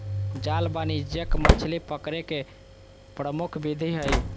जाल वाणिज्यिक मछली पकड़े के प्रमुख विधि हइ